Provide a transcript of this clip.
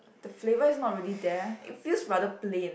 the flavour is not really there it feels rather plain